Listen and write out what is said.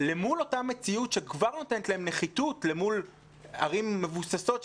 מול אותה מציאות שכבר נותנת להם נחיתות אל מול ערים מבוססות,